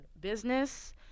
business